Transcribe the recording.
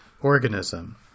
organism